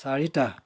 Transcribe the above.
চাৰিটা